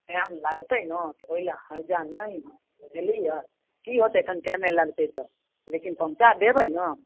time लागतै ने तऽ ओहि ल हर्जा नहि हय बुझलियै की होयतै कनि टाइमे लगतै तऽ लेकिन पहुँचा देबै ने